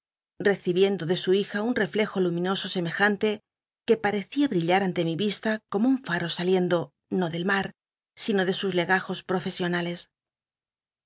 de su hija un reflejo lum inoso semejante que parecía brillar ante mi vista como un faro saliendo no del mar sino de sus legajos profesionales